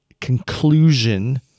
conclusion